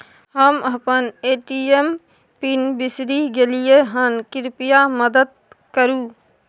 हम अपन ATM pin बिसरि गलियै हन, कृपया मदद करु